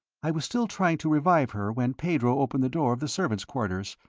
i was still trying to revive her when pedro opened the door of the servants' quarters.